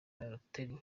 balotelli